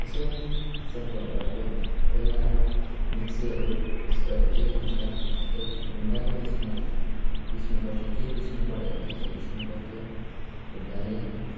यसो किचनकोहरू अब पहिला अब मिक्सीहरू त्यस्तोहरू केही नहुँदा यस्तो ढुङ्गाको ऊ यसमा पिस्नुपर्थ्यो केही पिस्नुपऱ्यो भने त्यस्तो पिस्नुपर्थ्यो ढुङ्गाले